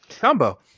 combo